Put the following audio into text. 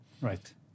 Right